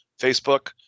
facebook